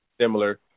Similar